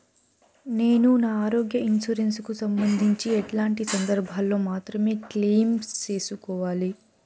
నేను నా ఆరోగ్య ఇన్సూరెన్సు కు సంబంధించి ఎట్లాంటి సందర్భాల్లో మాత్రమే క్లెయిమ్ సేసుకోవాలి?